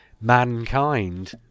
mankind